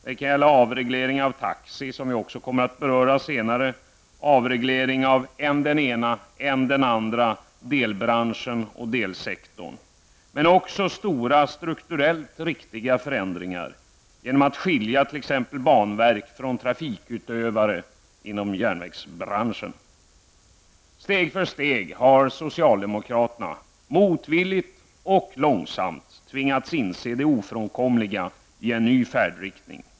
Det kan gälla avregleringen av taxi, som vi också kommer att beröra senare, och avreglering av än den ena, än den andra delbranschen och delsektorn. Det kan även gälla stora strukturellt riktiga förändringar, t.ex. att skilja banverk från trafikutövare inom järnvägsbranschen. Steg för steg har socialdemokraterna motvilligt och långsamt tvingats inse det ofrånkomliga i en ny färdriktning.